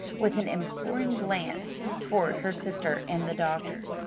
with an imploring glance toward her sister and the doctor.